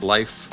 Life